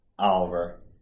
Oliver